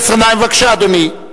חבר הכנסת גנאים, בבקשה, אדוני.